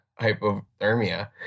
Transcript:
hypothermia